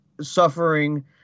suffering